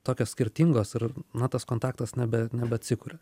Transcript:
tokios skirtingos ir na tas kontaktas nebe nebeatsikuria